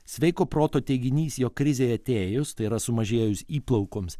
sveiko proto teiginys jog krizei atėjus tai yra sumažėjus įplaukoms